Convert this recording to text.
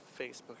Facebook